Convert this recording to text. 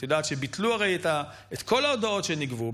את יודעת שביטלו הרי את כל ההודאות שנגבו.